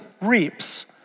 reaps